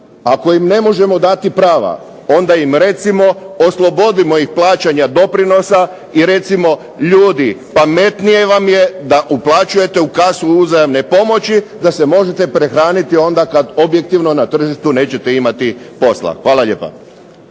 Ako im ne možemo dati prava onda im recimo oslobodimo ih plaćanja doprinosa i recimo im ljudi, pametnije vam je da uplaćujete u kasu uzajamne pomoći da se možete prehraniti onda kada objektivno na tržištu nećete imati posla. Hvala lijepa.